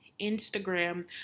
Instagram